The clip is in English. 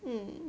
mm